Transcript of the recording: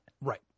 Right